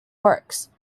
works